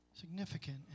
Significant